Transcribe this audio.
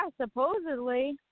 supposedly